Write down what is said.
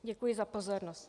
Děkuji za pozornost.